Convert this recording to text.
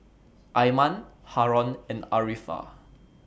Iman Haron and Arifa